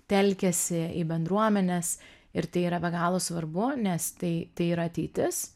telkiasi į bendruomenes ir tai yra be galo svarbu nes tai tai yra ateitis